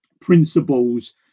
principles